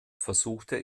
versuchte